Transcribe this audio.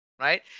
right